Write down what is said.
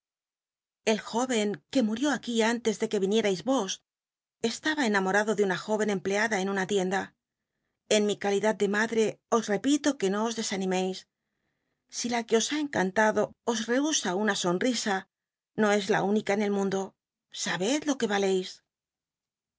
el jóren que murió aqu í antes de que y inierais os estaba enamorado de una jóren empleada le mad re os repito en una tienda en mi calidad e que no os dc animci si la que os ha encantado os rehusa una sonritia no es la ún ica en el mnndo sabed lo que ralcis